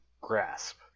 grasp